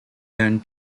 then